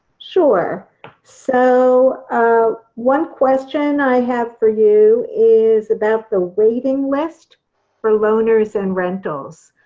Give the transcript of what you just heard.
sure so ah one question i have for you is about the waiting list for loners and rentals.